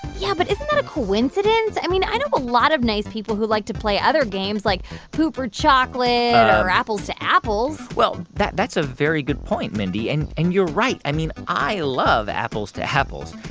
yeah, but isn't that a coincidence? i mean, i know a lot of nice people who like to play other games like poop or chocolate or apples to apples well, that's a very good point, mindy. and and you're right. i mean, i love apples to apples.